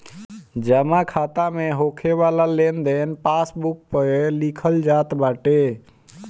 जमा खाता में होके वाला लेनदेन पासबुक पअ लिखल जात बाटे